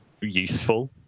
useful